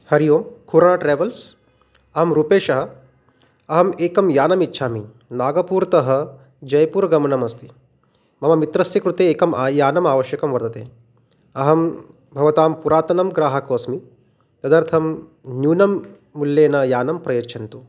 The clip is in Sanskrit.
हरिः ओं कुरणा ट्रेवल्स् अहं रूपेशः अहम् एकं यानम् इच्छामि नागपूर्तः जयपुर् गमनमस्ति मम मित्रस्य कृते एकम् यानम् आवश्यकं वर्तते अहं भवतां पुरातनः ग्राहकोऽस्मि तदर्थं न्यूनं मूल्येन यानं प्रयच्छन्तु